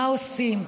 מה עושים,